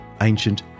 ancient